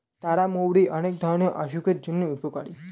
তারা মৌরি অনেক ধরণের অসুখের জন্য উপকারী